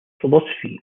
philosophy